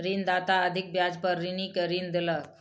ऋणदाता अधिक ब्याज पर ऋणी के ऋण देलक